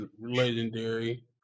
legendary